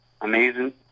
amazing